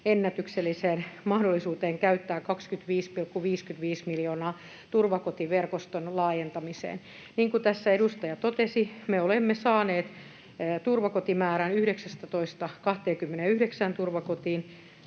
ennätykselliseen mahdollisuuteen käyttää 25,55 miljoonaa turvakotiverkoston laajentamiseen. Niin kuin tässä edustaja totesi, me olemme saaneet turvakotimäärän 19:stä 29 turvakotiin,